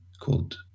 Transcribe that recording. called